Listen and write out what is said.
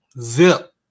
Zip